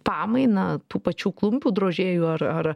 pamainą tų pačių klumpių drožėjų ar ar